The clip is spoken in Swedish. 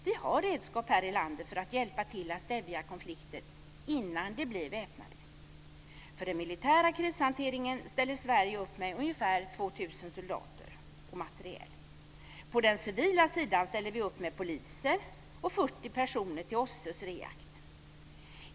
Vi har redskap här i landet för att hjälpa till att stävja konflikter innan de blir väpnade. För den militära krishanteringen ställer Sverige upp med ungefär 2 000 soldater och materiel. På den civila sidan ställer vi upp med poliser och 40 personer till OSSE:s REACT.